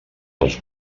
els